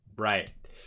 Right